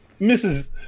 Mrs